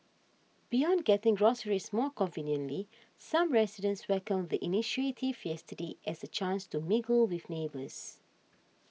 beyond getting groceries more conveniently some residents welcomed the initiative yesterday as a chance to mingle with neighbours